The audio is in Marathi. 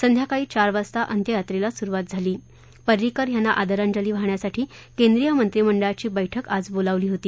संध्याकाळी चार वाजता अंत्ययात्रेला सुरुवात झाली पर्रिकर यांना आदरांजली वाहण्यासाठी केंद्रीय मंत्रिमंडळाची बैठक आज बोलावली होती